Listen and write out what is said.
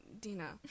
Dina